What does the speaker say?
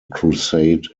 crusade